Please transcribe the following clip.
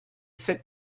sit